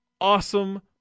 Awesome